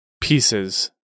pieces